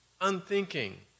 unthinking